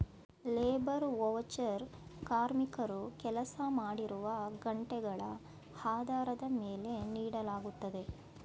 labour voucher ಕಾರ್ಮಿಕರು ಕೆಲಸ ಮಾಡಿರುವ ಗಂಟೆಗಳ ಆಧಾರದ ಮೇಲೆ ನೀಡಲಾಗುತ್ತದೆ